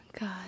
God